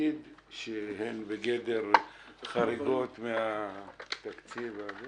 לתאגיד שהן בגדר חריגות מהתקציב?